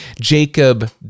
Jacob